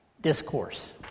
discourse